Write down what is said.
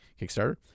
Kickstarter